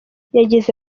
yagize